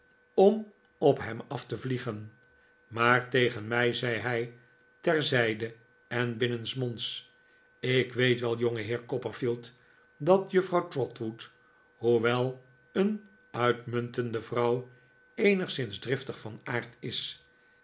om op hem af te vliegen maar tegen mij zei hij terzijde en binnensmonds ik weet wel jongeheer copperfield dat juffrouw trotwood hoewel een uitmuntende vrouw eenigszins driftig van aard is